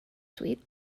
sweet